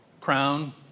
Crown